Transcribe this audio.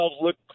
look –